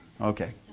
Okay